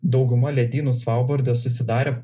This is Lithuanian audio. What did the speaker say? dauguma ledynų svalbarde susidarė